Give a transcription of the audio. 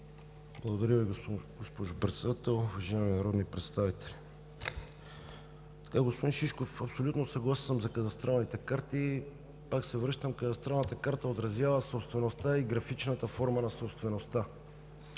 Благодаря Ви, госпожо Председател. Уважаеми народни представители! Господин Шишков, абсолютно съгласен съм за кадастралните карти – пак се връщам, кадастралната карта отразява собствеността и графичната форма на собствеността.